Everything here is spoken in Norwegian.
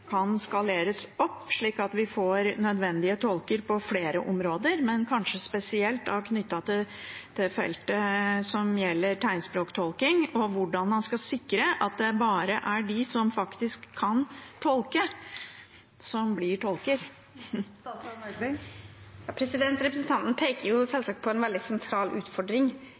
kan skaleres opp, slik at vi får nødvendige tolker på flere områder – og kanskje spesielt knyttet til feltet som gjelder tegnspråktolking og hvordan man skal sikre at det bare er de som faktisk kan tolke, som blir tolker. Representanten peker selvsagt på en veldig sentral utfordring.